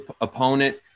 opponent –